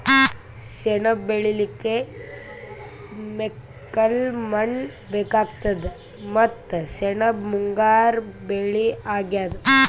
ಸೆಣಬ್ ಬೆಳಿಲಿಕ್ಕ್ ಮೆಕ್ಕಲ್ ಮಣ್ಣ್ ಬೇಕಾತದ್ ಮತ್ತ್ ಸೆಣಬ್ ಮುಂಗಾರ್ ಬೆಳಿ ಅಗ್ಯಾದ್